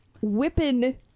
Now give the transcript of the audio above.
whipping